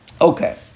Okay